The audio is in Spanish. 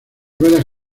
ruedas